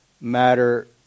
matter